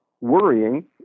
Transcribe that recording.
worrying